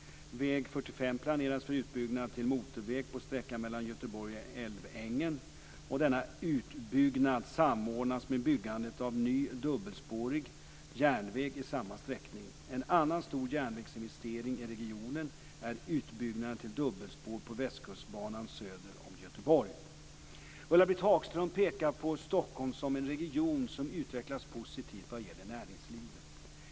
Väg 45 planeras för utbyggnad till motorväg på sträckan mellan Göteborg och Älvängen. Denna utbyggnad samordnas med byggandet av ny dubbelspårig järnväg i samma sträckning. En annan stor järnvägsinvestering i regionen är utbyggnaden till dubbelspår på Västkustbanan söder om Göteborg. Ulla-Britt Hagström pekar på Stockholm som en region som utvecklas positivt vad gäller näringslivet.